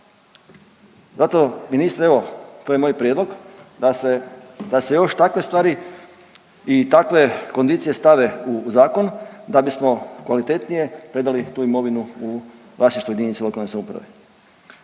Zapravo ministre evo to je moj prijedlog, da se, da se još takve stvari i takve kondicije stave u zakon da bismo kvalitetnije trebali tu imovinu u vlasništvu jedinice lokalne samouprave.